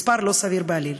מספר לא סביר בעליל.